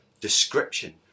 description